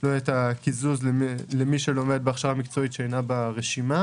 לא יהיה הקיזוז למי שלומד בהכשרה מקצועית שאינה ברשימה.